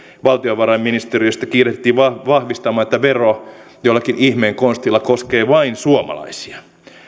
valtiovarainministeriöstä kiirehdittiin vahvistamaan että vero jollakin ihmeen konstilla koskee vain suomalaisia